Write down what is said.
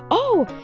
oh,